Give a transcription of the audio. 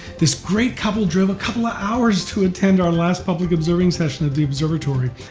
this great couple drove a couple of hours to attend our last public observing session at the observatory,